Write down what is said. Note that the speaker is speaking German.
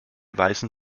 weisen